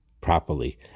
properly